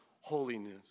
holiness